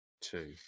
two